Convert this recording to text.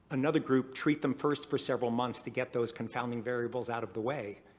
another group, treat them first for several months to get those confounding variables out of the way.